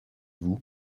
vous